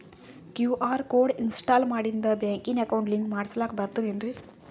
QR code install ಮಾಡಿಂದ ಬ್ಯಾಂಕಿನ account link ಮಾಡಸ್ಲಾಕ ಬರ್ತದೇನ್ರಿ